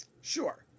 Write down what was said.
Sure